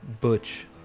butch